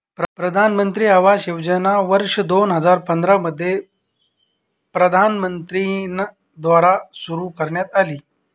प्रधानमंत्री आवास योजना वर्ष दोन हजार पंधरा मध्ये प्रधानमंत्री न द्वारे सुरू करण्यात आली